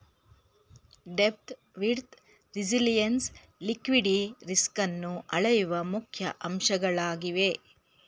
depth, width, resilience liquidity ರಿಸ್ಕನ್ನು ಅಳೆಯುವ ಮುಖ್ಯ ಅಂಶಗಳಾಗಿವೆ